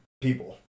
people